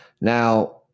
Now